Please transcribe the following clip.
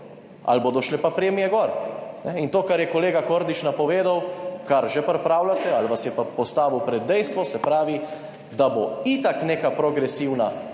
ali bodo šle pa premije gor. In to, kar je kolega Kordiš napovedal, kar že pripravljate ali vas je pa postavil pred dejstvo, se pravi, da bo itak neka progresivna